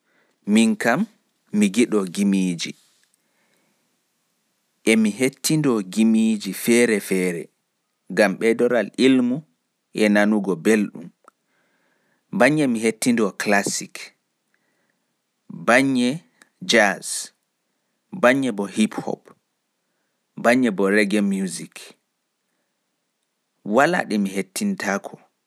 Minkam mi giɗo gimiiji. Emi hettindo gimiiji feere-feere gam ɓeidoralilmu e nanugo belɗum. Bannye mi hettindo classic, bannye bo jaz, bannye hip-hop, bannye bo raggae.